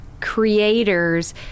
creators